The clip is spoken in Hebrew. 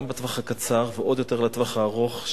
גם בטווח הקצר ועוד יותר בטווח הארוך,